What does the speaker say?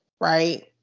right